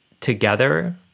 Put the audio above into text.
together